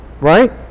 right